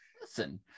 Listen